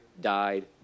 died